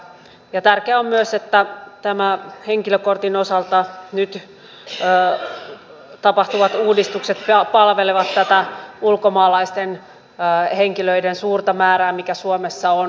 ja tärkeää on myös että nämä henkilökortin osalta nyt tapahtuvat uudistukset palvelevat nykyistä paremmin tätä ulkomaalaisten henkilöiden suurta määrää mikä suomessa on